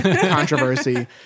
controversy